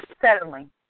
settling